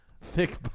thick